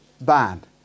bad